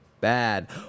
bad